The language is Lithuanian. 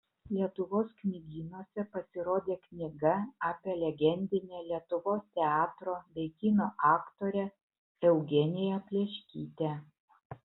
lietuvos knygynuose pasirodė knyga apie legendinę lietuvos teatro bei kino aktorę eugeniją pleškytę